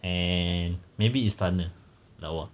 and maybe istana lawa